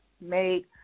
made